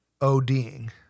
ODing